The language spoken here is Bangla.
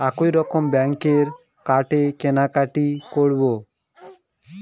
এক রকমের ব্যাঙ্কের কার্ডে কেনাকাটি করব